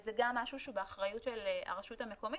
וזה גם משהו שהוא באחריות של הרשות המקומית,